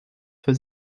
für